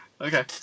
Okay